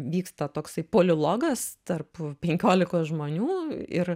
vyksta toksai polilogas tarp penkiolikos žmonių ir